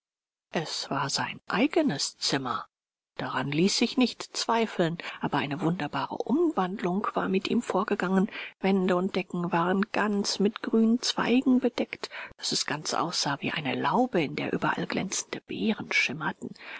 es war sein eigenes zimmer daran ließ sich nicht zweifeln aber eine wunderbare umwandlung war mit ihm vorgegangen wände und decke waren ganz mit grünen zweigen bedeckt daß es ganz aussah wie eine laube in der überall glänzende beeren schimmerten